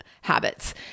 habits